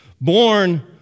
born